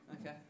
Okay